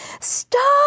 Stop